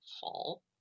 fall